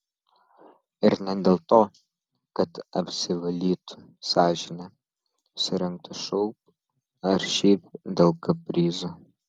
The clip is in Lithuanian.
ir ne dėl to kad apsivalytų sąžinę surengtų šou ar šiaip dėl kaprizo